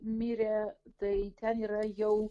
mirė tai ten yra jau